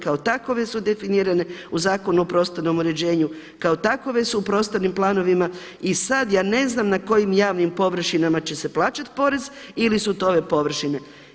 Kao takove su definirane u Zakonu o prostornom uređenju, kao takove su u prostornim planovima i sad ja ne znam na kojim javnim površinama će se plaćati porez ili su to ove površine.